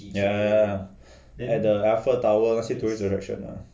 ya like that one lah like the eiffel tower 那些 tourist attraction ah